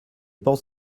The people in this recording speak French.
pense